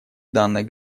данной